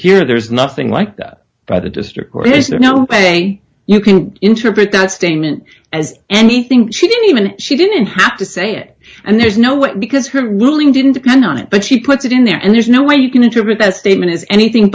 here there is nothing like that by the district court is there no way you can interpret that statement as anything she didn't even she didn't have to say it and there's no way because her moving didn't depend on it but she puts it in there and there's no way you can interpret that statement as anything